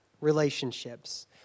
relationships